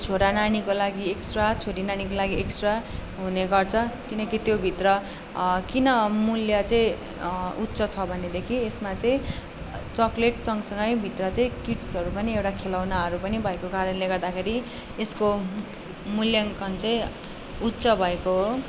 छोरा नानीको लागि एक्सट्रा छोरी नानीको लागि एक्स्ट्रा हुने गर्छ किनकि त्योभित्र किन मूल्य चाहिँ उच्च छ भनेदेखि यसमा चाहिँ चक्लेट सँगसँगै भित्र चाहिँ किट्सहरू पनि एउटा खेलाउनाहरू पनि भएको कारणले गर्दाखेरि यसको मूल्याङकन चाहिँ उच्च भएको हो